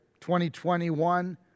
2021